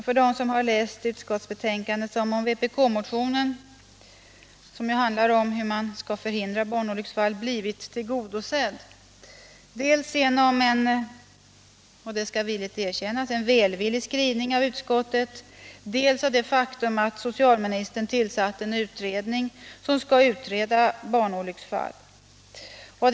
För dem som har läst utskottsbetänkandet kan det tyckas som om vpk-motionen, som handlar om hur man skall förhindra barnolycksfall, blivit tillgodosedd, dels genom en — det skall jag gärna erkänna — välvillig skrivning av utskottet, dels genom det faktum att socialministern aviserat en utredning om barnolycksfallen.